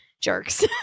jerks